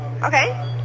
Okay